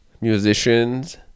musicians